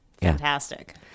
Fantastic